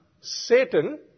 Satan